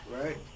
Right